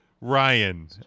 Ryan